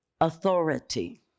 Authority